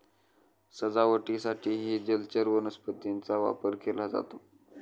सजावटीसाठीही जलचर वनस्पतींचा वापर केला जातो